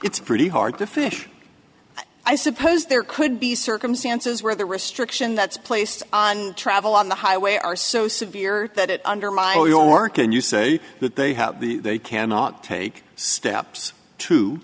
it's pretty hard to fish i suppose there could be circumstances where the restriction that's placed on travel on the highway are so severe that it undermines your can you say that they have they cannot take steps to